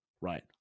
right